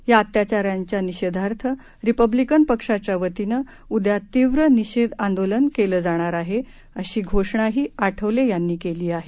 या अत्याचारांच्या निषेधार्थ रिपब्लिकन पक्षाच्या वतीनं उद्या तीव्र निषेध आंदोलन केलं जाणार आहे अशी घोषणाही आठवले यांनी केली आहे